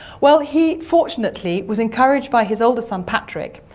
well, he fortunately was encouraged by his older son, patrick,